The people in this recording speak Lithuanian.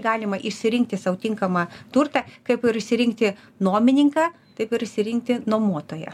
galima išsirinkti sau tinkamą turtą kaip ir išsirinkti nuomininką taip ir išsirinkti nuomotoją